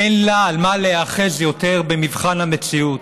אין לה במה להיאחז יותר במבחן המציאות.